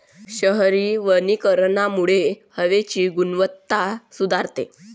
शहरी वनीकरणामुळे हवेची गुणवत्ता सुधारते